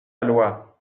loi